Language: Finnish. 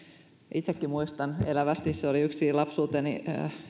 itsekin muistan elävästi että yksi lapsuuteni